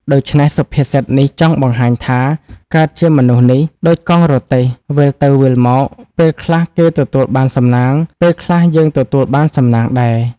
ដូច្នេះសុភាសិតនេះ ចង់បង្ហាញថា “កើតជាមនុស្សនេះ ដូចកង់រទេះ វិលទៅវិលមក ពេលខ្លះគេទទួលបានសំណាង ពេលខ្លះយើងទទួលបានសំណាងដែរ ”។